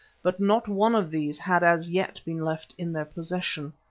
but not one of these had as yet been left in their possession.